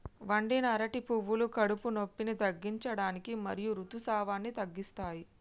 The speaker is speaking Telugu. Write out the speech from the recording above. వండిన అరటి పువ్వులు కడుపు నొప్పిని తగ్గించడానికి మరియు ఋతుసావాన్ని తగ్గిస్తాయి